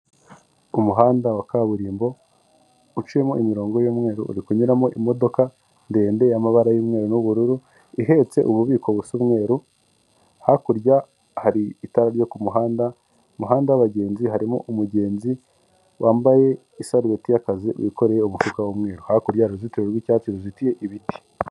Umuhanda wa kaburimbo uciyemo imirongo y'umweru uri kunyuramo imodoka ndende y'amabara y'umweru nubururu, ihetse ububiko busa umweru, hakurya hari itara ryo kumuhanda, umuhanda w'ababagenzi harimo umugenzi wambaye isarubeti y'akazi wikoreye umufuka umwe hakurya'uruzitiro rw'cyatsi ruzitiye ibiti.